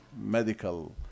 medical